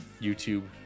YouTube